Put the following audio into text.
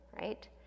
right